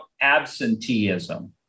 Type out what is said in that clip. absenteeism